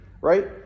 right